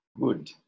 Good